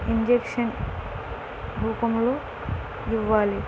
injection రూపంలో ఇవ్వాలి